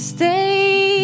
Stay